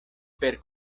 per